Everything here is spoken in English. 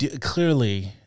Clearly